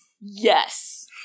Yes